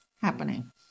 happening